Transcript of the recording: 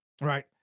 right